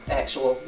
actual